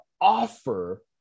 offer